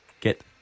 Get